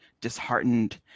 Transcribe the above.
disheartened